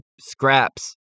scraps